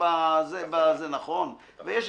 ויש הפוך,